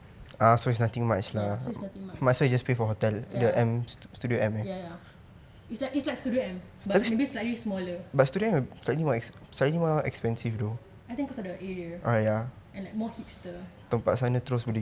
ya so it's nothing much ya ya ya it's like it's like studio M but maybe slightly smaller I think because of the area and then more hipster